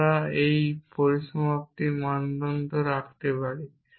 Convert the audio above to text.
আমরা একটি পরিসমাপ্তি মানদণ্ড রাখতে পারি